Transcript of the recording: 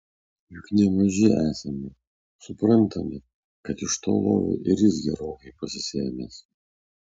juk ne maži esame suprantame kad iš to lovio ir jis gerokai pasisėmęs